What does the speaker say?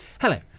Hello